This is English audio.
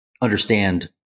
understand